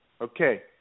Okay